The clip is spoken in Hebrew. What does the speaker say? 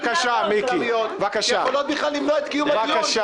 יש כאן טענות מקדמיות שיכולות בכלל למנוע את קיום הדיון.